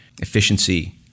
efficiency